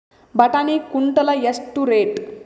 ಬಟಾಣಿ ಕುಂಟಲ ಎಷ್ಟು ರೇಟ್?